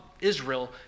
israel